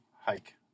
hike